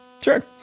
Sure